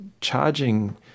charging